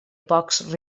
pocs